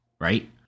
right